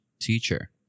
teacher